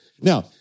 Now